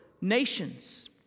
nations